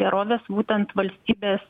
gerovės būtent valstybės